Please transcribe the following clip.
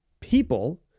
people